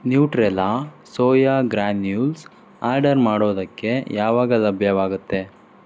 Nutrela soya granules order ಮಾಡೋದಕ್ಕೆ ಯಾವಾಗ ಲಭ್ಯವಾಗತ್ತೆ